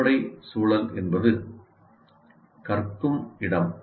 அடிப்படை சூழல் என்பது கற்கும் இடம்